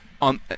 on